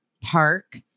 Park